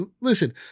listen